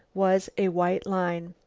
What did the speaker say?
was a white line.